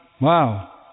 wow